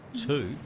Two